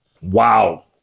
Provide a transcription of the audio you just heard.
Wow